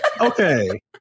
okay